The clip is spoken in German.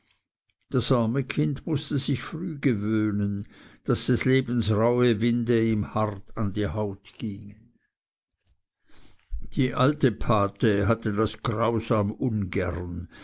das arme kind mußte sich früh gewöhnen daß des lebens rauhe winde ihm hart an die haut gingen die alte gotte hatte das grausam ungern